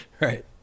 Right